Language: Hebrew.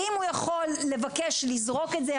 האם הוא יכול לבקש לזרוק את זה?